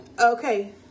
Okay